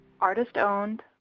Artist-owned